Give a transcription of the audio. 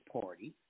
party